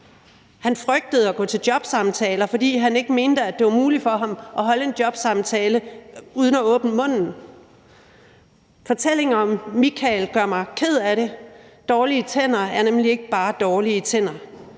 Han frygtede at gå til jobsamtaler, fordi han ikke mente, det var muligt for ham at gennemføre en jobsamtale uden at åbne munden. Fortællingen om Michael gør mig ked af det. Dårlige tænder er nemlig ikke bare dårlige tænder.